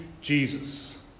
Jesus